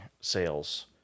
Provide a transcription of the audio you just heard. sales